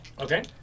Okay